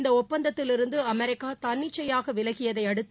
இந்தஒப்பந்தத்திலிருந்துஅமெரிக்காதன்னிச்சையாகவிலகியதைஅடுத்து